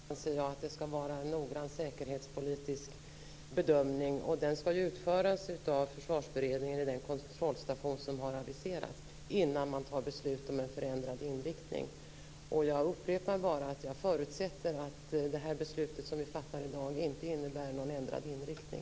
Fru talman! Självfallet anser jag att det skall vara en noggrann säkerhetspolitisk bedömning. Den skall utföras av Försvarsberedningen i den kontrollstation som har aviserats innan man fattar beslut om en förändrad inriktning. Jag upprepar bara att jag förutsätter att det beslut som vi fattar i dag inte innebär någon ändrad inriktning.